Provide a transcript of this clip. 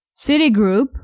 Citigroup